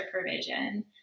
provision